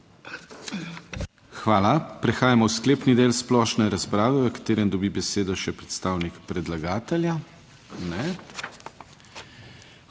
Hvala. Prehajamo v sklepni del splošne razprave, v katerem dobi besedo še predstavnik predlagatelja.